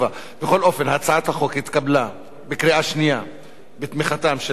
הצעת החוק התקבלה בקריאה שנייה בתמיכתם של 21 חברי כנסת,